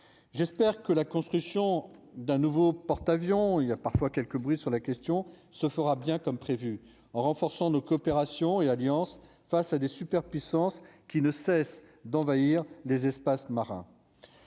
j'espère que la construction d'un nouveau porte-avions, il y a parfois quelques bruits sur la question, se fera bien comme prévu en renforçant nos coopérations et alliances face à des superpuissances qui ne cessent d'envahir des espaces marins